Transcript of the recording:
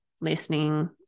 listening